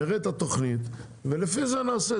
נראה את התכנית ולפי זה נעשה.